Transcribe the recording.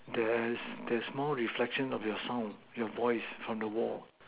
the the small reflection of your sound your voice from the wall